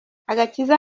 agakiza